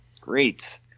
great